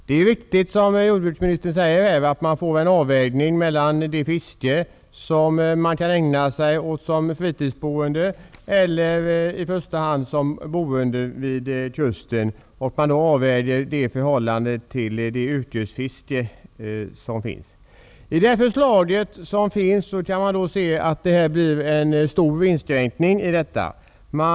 Det är viktigt, som jordbruksministern säger, att vi får en avvägning mellan det fiske som fritidsboende och bofasta vid kusten kan ägna sig åt och det yrkesfiske som finns. I det förslag som finns, föreslås en stor inskränkning i fritidsfisket.